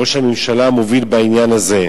ראש הממשלה מוביל בעניין הזה.